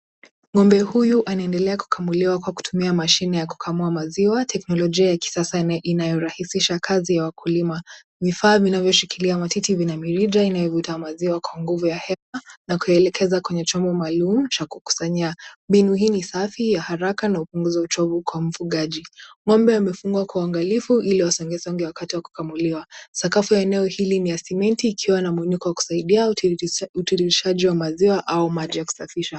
Ngombe huyu anaendelea kukamuliwa kwa kutumia mashine ya kukamua maziwa, teknolojia ya kisasa yenye inayorahisisha kazi ya wakulima, vifaa vinavyo shikilia matiti vina mirija inayo vuta maziwa kwa nguvu ya hewa, na kuyaelejeza kwenye chombo maalum cha kukusanya, mbinu hii ni safi ya haraka, na upunguza uchovu kwa mfugaji, ngombe amefungw kwa uangalifu ili asisongasonge wakati wa kukamuliwa, sakafu ya eneo hili ni ya simiti ikiwa na mmonyoko wa kusaidia utiririsa, utiririshaji wa maziwa au maji ya kusafisha.